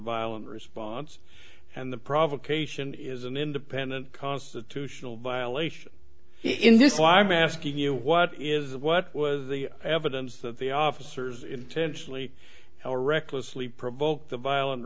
violent response and the provocation is an independent constitutional violation in this live by asking you what is what was the evidence that the officers intentionally or recklessly provoked the viol